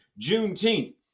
juneteenth